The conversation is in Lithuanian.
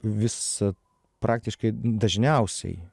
visa praktiškai dažniausiai